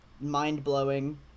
mind-blowing